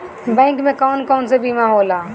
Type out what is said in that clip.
Bank में कौन कौन से बीमा होला?